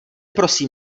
prosím